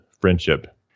friendship